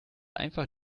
einfach